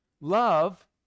love